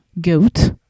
goat